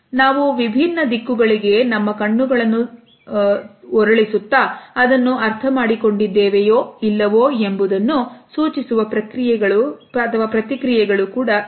ನಾವು ವಿಭಿನ್ನ ದಿಕ್ಕುಗಳಿಗೆ ನಮ್ಮ ಕಣ್ಣುಗಳನ್ನು ಸಲ್ಲಿಸುತ್ತಾ ಅದನ್ನು ಅರ್ಥಮಾಡಿಕೊಂಡಿದ್ದೇವೆ ಇಲ್ಲವೇ ಎಂಬುದನ್ನು ಸೂಚಿಸುವ ಪ್ರತಿಕ್ರಿಯೆಗಳು ಕೂಡ ಇವೆ